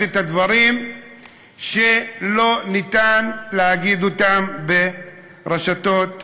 את הדברים שלא ניתן להגיד ברשתות אחרות.